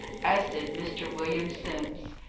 as did mr. william simms.